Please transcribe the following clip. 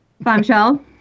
bombshell